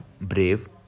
brave